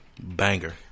Banger